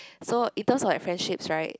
so in terms of friendships right